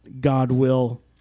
God-will